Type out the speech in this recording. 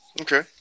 Okay